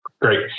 Great